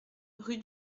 rue